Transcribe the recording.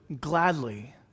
gladly